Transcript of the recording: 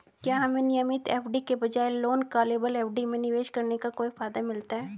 क्या हमें नियमित एफ.डी के बजाय नॉन कॉलेबल एफ.डी में निवेश करने का कोई फायदा मिलता है?